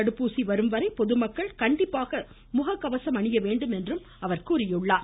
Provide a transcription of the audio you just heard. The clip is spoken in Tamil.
தடுப்பூசி வரும் வரை பொதுமக்கள் கண்டிப்பாக முககவசம் அணிய வேண்டும் என்றும் அவர் அறிவுறுத்தினார்